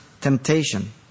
temptation